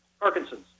Parkinson's